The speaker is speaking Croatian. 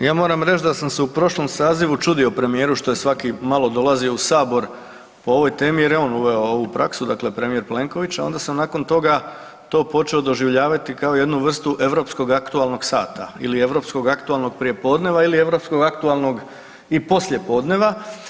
Prvo ja moram reći da sam se u prošlom sazivu čudio premijeru što je svaki malo dolazio u Sabor po ovoj temi jer je on uveo ovu praksu dakle premijer Plenković, a onda sam nakon toga to počeo doživljavati kao jednu vrstu europskog aktualnog sata ili europskog aktualnog prijepodneva ili europskog aktualnog i poslijepodneva.